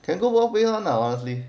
can go both ways [one] lah honestly